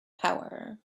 power